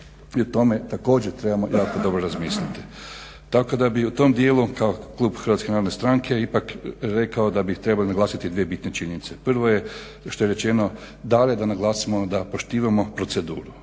I o tome također trebamo jako dobro razmisliti. Tako da bi u tom dijelu kao klub HNS-a ipak rekao da bi trebali naglasiti dvije bitne činjenice. Prvo je kao što je rečeno da naglasimo da poštivamo proceduru.